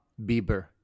bieber